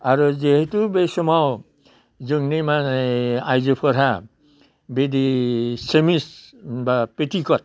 आरो जिहैथु बे समाव जोंनि ओइ आइजोफोरा बेदि सेमिस बा पेथिकट